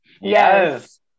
Yes